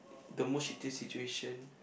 the most shitty situation